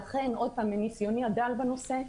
לכן מניסיוני הדל בנושא,